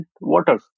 water